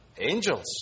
angels